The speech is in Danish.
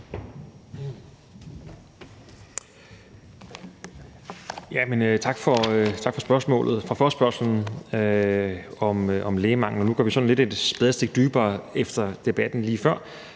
Tak for forespørgslen om lægemangel. Nu går vi sådan lidt et spadestik dybere efter debatten lige før